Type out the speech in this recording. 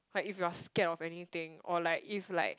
like if you're scared of anything or like if like